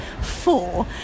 four